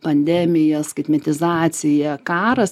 pandemija skaitmetizacija karas